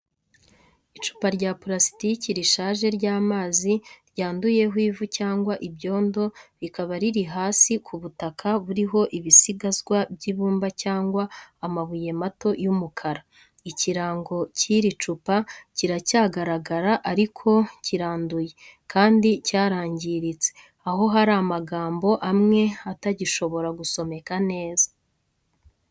Icupa rya purasitiki rishaje ry’amazi ryanduyeho ivu cyangwa ibyondo, rikaba riri hasi ku butaka buriho ibisigazwa by’ibumba cyangwa amabuye mato y’umukara. Ikirango cy’iri cupa kiracyagaragara ariko kiranduye kandi cyarangiritse, aho hari amagambo amwe atagishobora gusomeka neza.